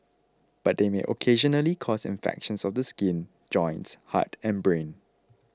but they may occasionally cause infections of the skin joints heart and brain